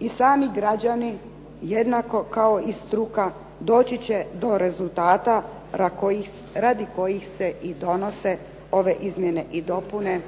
i sami građani jednako kao i struka, doći će do rezultata radi kojih se i donose ove izmjene i dopune,